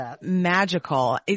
magical